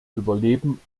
überleben